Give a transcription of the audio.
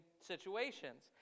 situations